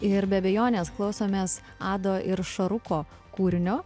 ir be abejonės klausomės ado ir šaruko kūrinio